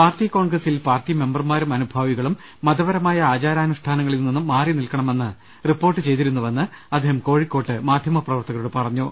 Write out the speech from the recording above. party കോൺഗ്രസിൽ party മെമ്പർമാരും അനുഭാവികളും മതപരമായ ആചാരാനുഷ്ഠാന്നങ്ങളിൽ നിന്നും മാറി നിൽക്കണ മെന്ന് റിപ്പോർട്ട് ചെയ്തിരുന്നുവെന്ന് അദ്ദേഹം കോഴിക്കോട്ട് മാധ്യമപ്രവർത്തക രോട് പറഞ്ഞു